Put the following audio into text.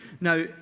Now